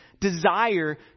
desire